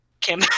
Kim